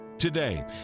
Today